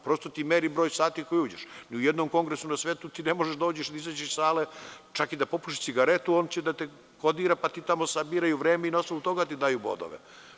Prosto ti meri broj sati u koje uđeš, ni u jednom kongresu na svetu ni možeš da uđeš ili izađeš iz sale, čak i da popušiš cigaretu, on će da te kodira pa ti tamo sabiraju vreme i na osnovu toga ti daju bodove.